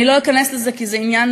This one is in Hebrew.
אני לא אכנס לזה כי זה עניין